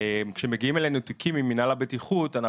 כשמגיעים אלינו תיקים ממינהל הבטיחות אנחנו